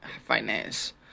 Finance